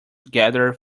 gathered